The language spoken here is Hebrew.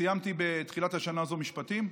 סיימתי בתחילת השנה הזו משפטים,